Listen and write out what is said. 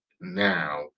now